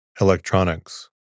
electronics